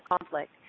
conflict